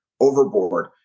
overboard